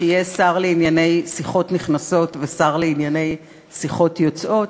שיהיה שר לענייני שיחות נכנסות ושר לענייני שיחות יוצאות,